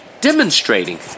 demonstrating